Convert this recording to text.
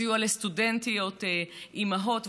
סיוע לסטודנטיות אימהות,